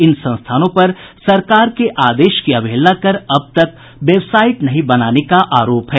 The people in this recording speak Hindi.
इन संस्थानों पर सरकार के आदेश की अवहेलना कर अब तक वेबसाईट नहीं बनाने का आरोप है